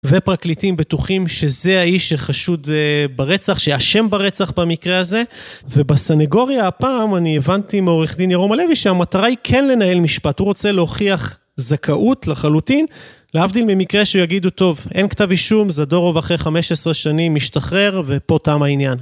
ופרקליטים בטוחים שזה האיש שחשוד ברצח, שאשם ברצח במקרה הזה. ובסנגוריה הפעם אני הבנתי מעורך דין ירום הלוי שהמטרה היא כן לנהל משפט. הוא רוצה להוכיח זכאות לחלוטין, להבדיל ממקרה שיגידו, טוב, אין כתב אישום, זדןרוב אחרי 15 שנים משתחרר ופה תם העניין.